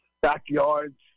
backyards